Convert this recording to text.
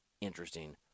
interesting